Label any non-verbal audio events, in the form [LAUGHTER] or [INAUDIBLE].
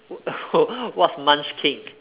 wha~ [LAUGHS] what's munchkin